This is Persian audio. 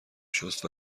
شست